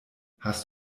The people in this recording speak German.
hast